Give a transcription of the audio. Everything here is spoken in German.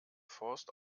forst